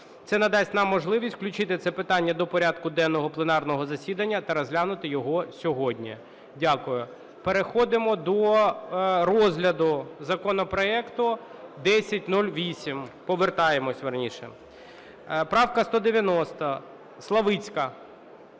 Це надасть нам можливість включити це питання до порядку денного пленарного засідання та розглянути його сьогодні. Дякую. Переходимо до розгляду законопроекту 1008, повертаємося, вірніше. Правка 190, Славицька.